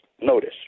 Notice